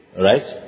right